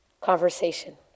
conversation